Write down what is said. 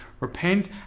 Repent